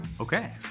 Okay